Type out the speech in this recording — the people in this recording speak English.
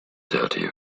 dirty